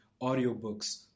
audiobooks